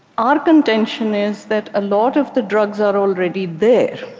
our contention is that a lot of the drugs are already there.